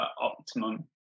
optimum